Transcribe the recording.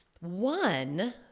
One